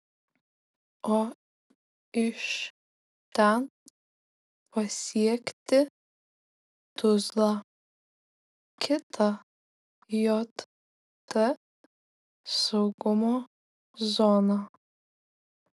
o iš ten pasiekti tuzlą kitą jt saugumo zoną